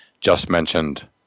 just-mentioned